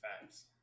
facts